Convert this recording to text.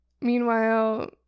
meanwhile